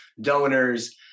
donors